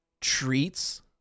treats